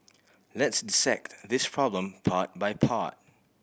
let's dissect this problem part by part